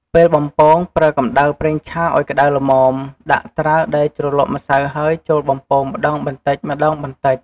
ពេលបំពងប្រើ កំដៅប្រេងឆាឱ្យក្តៅល្មម ដាក់ត្រាវដែលជ្រលក់ម្សៅហើយចូលបំពងម្តងបន្តិចៗ។